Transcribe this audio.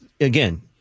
again